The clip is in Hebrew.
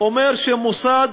אומר שמוסד,